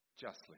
justly